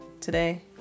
today